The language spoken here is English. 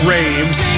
Raves